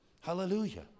Hallelujah